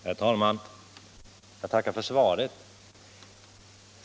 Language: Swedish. Herr talman! Jag tackar för svaret.